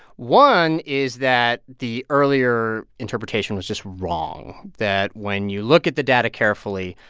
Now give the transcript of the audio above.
one is that the earlier interpretation was just wrong that when you look at the data carefully,